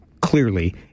clearly